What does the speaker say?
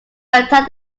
attack